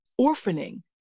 orphaning